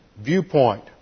viewpoint